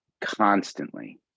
constantly